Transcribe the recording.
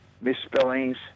misspellings